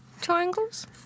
triangles